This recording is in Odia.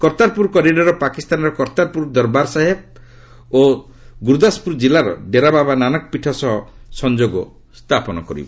କର୍ତ୍ତାରପୁର କରିଡ଼ର ପାକିସ୍ତାନର କର୍ତ୍ତାରପୁର ଦର୍ବାର ସାହିବି ସହ ଗୁରଦାସପୁର ଜିଲ୍ଲାର ଡେରାବାବା ନାନକ ପୀଠ ସହ ସଂଯୋଗ ସ୍ଥାପନ କରିବ